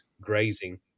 grazing